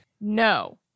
no